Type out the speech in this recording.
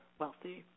wealthy